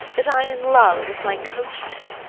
that i'm in love with my coachman?